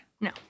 No